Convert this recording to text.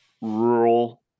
rural